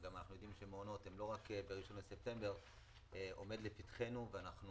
אנחנו יודעים שהמעונות הם לא רק ב-1 בספטמבר שעומד לפתחנו ואנחנו